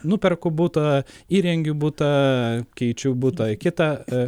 nuperku butą įrengiu butą keičiu butą į kitą